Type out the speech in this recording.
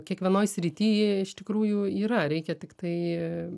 kiekvienoj srity iš tikrųjų yra reikia tiktai